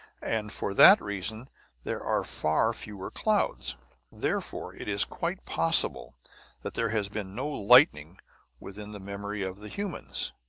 and for that reason there are far fewer clouds therefore, it is quite possible that there has been no lightning within the memory of the humans.